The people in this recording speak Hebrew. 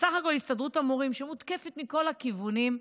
בסך הכול הסתדרות המורים, שמותקפת מכל הכיוונים,